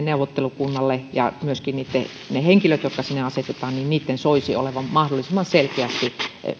neuvottelukunnalle ja myöskin niitten henkilöiden jotka sinne asetetaan soisi olevan mahdollisimman selkeästi